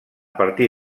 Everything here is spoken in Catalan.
partir